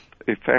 effect